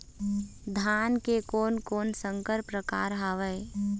धान के कोन कोन संकर परकार हावे?